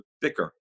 thicker